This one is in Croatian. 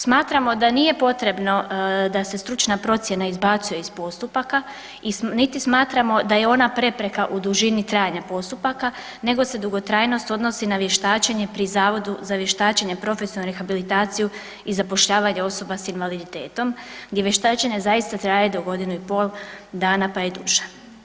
Smatramo da nije potrebno da se stručna procjena izbacuje iz postupaka i niti smatramo da je ona prepreka u dužnico trajanja postupaka nego se dugotrajnost odnosi na vještačenje pri Zavodu za vještačenje i profesionalnu rehabilitaciju i zapošljavanje osoba sa invaliditetom gdje vještačenje zaista traje do godinu i pol dana pa i duže.